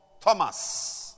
Thomas